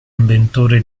inventore